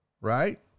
right